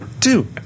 two